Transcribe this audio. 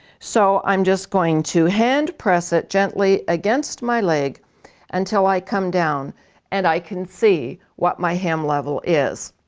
so i'm just going to hand press it gently against my leg until i come down and i can see what my hem level is.